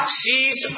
sees